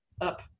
Up